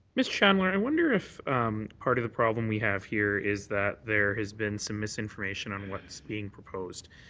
mr. chandler, i wonder if part of the problem we have here is that there has been some misinformation on what's being proposed.